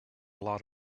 lot